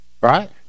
Right